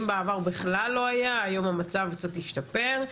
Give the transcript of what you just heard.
אם בעבר בכלל לא היה היום המצב קצת השתפר,